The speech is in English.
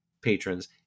patrons